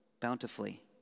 bountifully